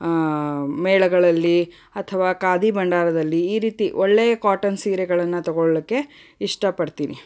ಮೇಳಗಳಲ್ಲಿ ಅಥವಾ ಖಾದಿ ಭಂಡಾರದಲ್ಲಿ ಈ ರೀತಿ ಒಳ್ಳೆಯ ಕೋಟನ್ ಸೀರೆಗಳನ್ನು ತೊಗೊಳ್ಳೋಕೆ ಇಷ್ಟಪಡ್ತೀನಿ